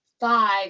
five